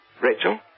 Rachel